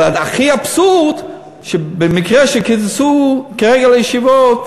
אבל הכי אבסורד, שבמקרה שקיצצו כרגע לישיבות,